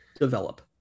develop